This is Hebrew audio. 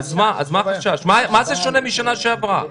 אז מה החשש, מה זה שונה משנה שעברה?